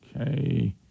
Okay